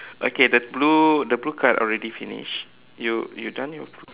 okay the blue the blue card already finish you you done your blue